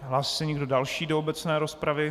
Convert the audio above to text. Hlásí se někdo další do obecné rozpravy?